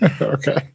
okay